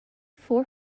four